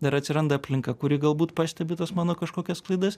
dar atsiranda aplinka kuri galbūt pastebi tas mano kažkokias klaidas